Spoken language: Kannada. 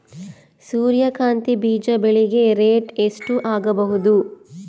ಸೂರ್ಯ ಕಾಂತಿ ಬೀಜ ಬೆಳಿಗೆ ರೇಟ್ ಎಷ್ಟ ಆಗಬಹುದು?